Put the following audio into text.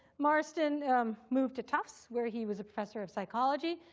marston moved to tufts, where he was a professor of psychology.